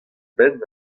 benn